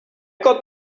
got